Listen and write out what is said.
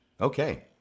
Okay